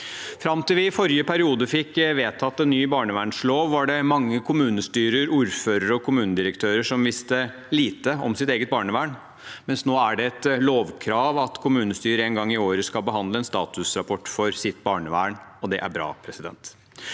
Fram til vi i forrige periode fikk vedtatt en ny barnevernslov, var det mange kommunestyrer, ordførere og kommunedirektører som visste lite om sitt eget barnevern, mens nå er det et lovkrav at kommunestyret en gang i året skal behandle en statusrapport for sitt barnevern, og det er bra. Mange